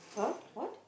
!huh! what